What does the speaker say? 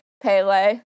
Pele